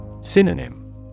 Synonym